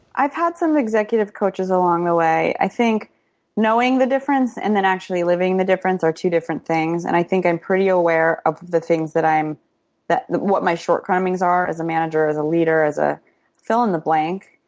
i've had some executive coaches along the way. i think knowing the difference and then actually living the difference are two different things. and i think i'm pretty aware of the things that i'm what my shortcomings are as a manager, as a leader, as a fill in the blank.